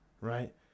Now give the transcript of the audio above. right